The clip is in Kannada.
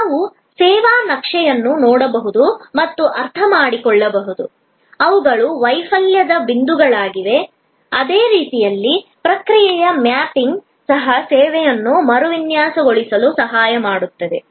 ನಾವು ಸೇವಾ ನಕ್ಷೆಯನ್ನು ನೋಡಬಹುದು ಮತ್ತು ಅರ್ಥಮಾಡಿಕೊಳ್ಳಬಹುದು ಅವುಗಳು ವೈಫಲ್ಯದ ಬಿಂದುಗಳಾಗಿವೆ ಅದೇ ರೀತಿಯಲ್ಲಿ ಪ್ರಕ್ರಿಯೆಯ ಮ್ಯಾಪಿಂಗ್ ಸಹ ಸೇವೆಯನ್ನು ಮರುವಿನ್ಯಾಸಗೊಳಿಸಲು ಸಹಾಯ ಮಾಡುತ್ತದೆ